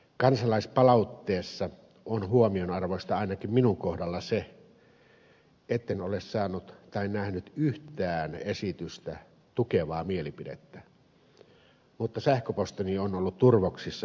kansalaispalautteessa on huomionarvoista ainakin minun kohdallani se etten ole saanut tai nähnyt yhtään esitystä tukevaa mielipidettä mutta sähköpostini on ollut turvoksissa päinvastaisista kommenteista